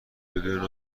بدون